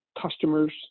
customers